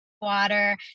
water